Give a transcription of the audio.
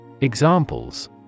examples